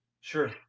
Sure